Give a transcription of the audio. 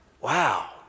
Wow